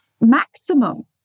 maximum